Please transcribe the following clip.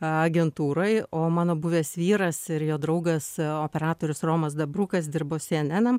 agentūrai o mano buvęs vyras ir jo draugas operatorius romas dabrukas dirbo snnm